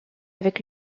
avec